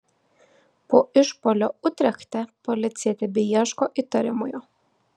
po išpuolio utrechte policija tebeieško įtariamojo